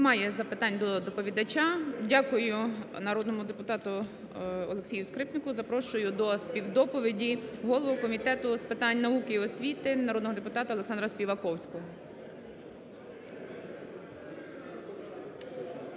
Немає запитань до доповідача. Дякую народному депутату Олексію Скрипнику. Запрошую до співдоповіді голову Комітету з питань науки і освіти народного депутата Олександра Співаковського.